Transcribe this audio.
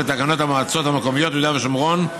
לתקנות המועצות המקומיות (יהודה ושומרון),